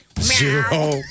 Zero